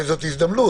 אולי זאת הזדמנות.